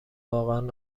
واقعا